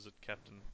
Captain